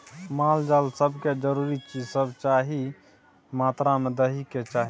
माल जाल सब के जरूरी चीज सब सही मात्रा में दइ के चाही